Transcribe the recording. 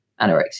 anorexia